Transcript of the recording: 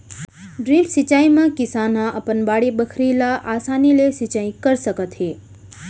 drip सिंचई म किसान ह अपन बाड़ी बखरी ल असानी ले सिंचई कर सकत हे